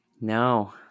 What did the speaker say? No